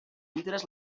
vidres